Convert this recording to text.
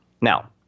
Now